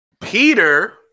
Peter